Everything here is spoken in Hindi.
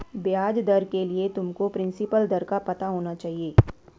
ब्याज दर के लिए तुमको प्रिंसिपल दर का पता होना चाहिए